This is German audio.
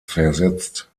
versetzt